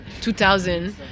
2000